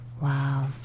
Wow